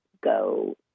go